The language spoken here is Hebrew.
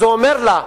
אז הוא אומר לה: